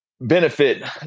benefit